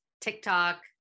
TikTok